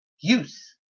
use